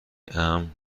امن